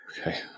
Okay